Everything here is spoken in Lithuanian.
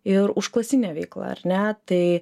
ir užklasinė veikla ar ne tai